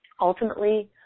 Ultimately